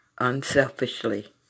unselfishly